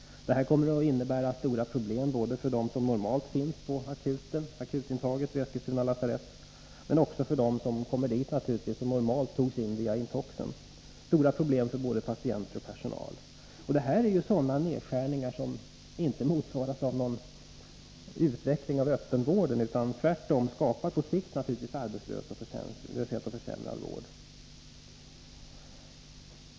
Det här kommer att innebära stora problem, både för dem som normalt finns på akutintaget vid Eskilstuna lasarett och för dem som kommer dit och som förut togs in via intoxen. Det blir stora problem för både patienter och personal. Det här är sådana nedskärningar som inte motsvaras av någon utveckling av öppenvården utan som tvärtom på sikt skapar arbetslöshet och försämrad vård.